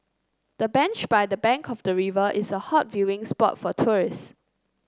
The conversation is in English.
the bench by the bank of the river is a hot viewing spot for tourists